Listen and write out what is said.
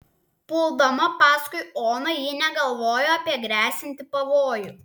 puldama paskui oną ji negalvojo apie gresiantį pavojų